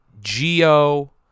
Geo